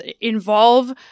involve